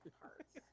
parts